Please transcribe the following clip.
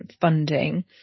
funding